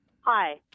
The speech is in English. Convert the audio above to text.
Hi